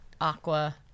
aqua